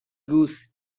goose